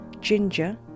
ginger